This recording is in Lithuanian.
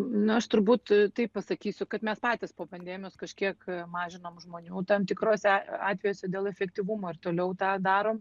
nu aš turbūt taip pasakysiu kad mes patys po pandemijos kažkiek mažinom žmonių tam tikrose atvejuose dėl efektyvumo ir toliau tą darom